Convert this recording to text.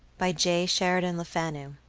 by j. sheridan lefanu